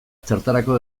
zertarako